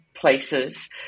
places